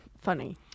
funny